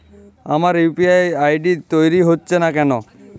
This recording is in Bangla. আমার ইউ.পি.আই আই.ডি তৈরি হচ্ছে না কেনো?